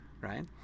Right